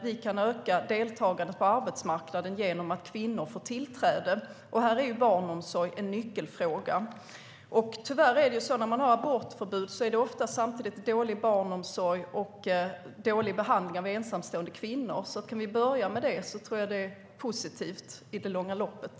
Vi kan öka deltagandet på arbetsmarknaden genom att kvinnor får tillträde. Här är barnomsorg en nyckelfråga. När man har abortförbud är det tyvärr ofta samtidigt dålig barnomsorg och dålig behandling av ensamstående kvinnor. Kan vi börja med det tror jag att det är positivt i det långa loppet.